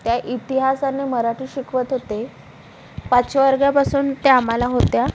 त्या इतिहास आणि मराठी शिकवत होते पाचव्या वर्गापासून त्या आम्हाला होत्या